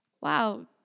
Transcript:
wow